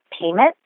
payment